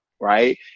right